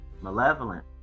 malevolent